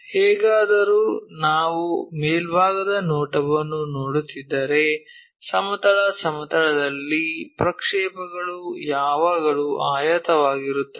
ಹೇಗಾದರೂ ನಾವು ಮೇಲ್ಭಾಗದ ನೋಟವನ್ನು ನೋಡುತ್ತಿದ್ದರೆ ಸಮತಲ ಸಮತಲದಲ್ಲಿನ ಪ್ರಕ್ಷೇಪಗಳು ಯಾವಾಗಲೂ ಆಯತವಾಗಿರುತ್ತದೆ